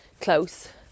close